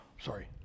sorry